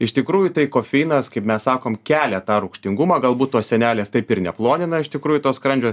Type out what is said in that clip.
iš tikrųjų tai kofeinas kaip mes sakom kelia tą rūgštingumą galbūt tos sienelės taip ir neplonina iš tikrųjų to skrandžio